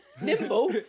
Nimble